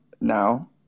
now